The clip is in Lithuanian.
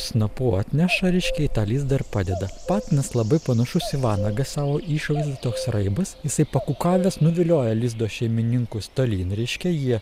snapu atneša reiškia į tą lizdą ir padeda patinas labai panašus į vanagą sau išvaizda toks raibas jisai pakukavęs nuvilioja lizdo šeimininkus tolyn reiškia jie